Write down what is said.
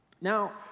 Now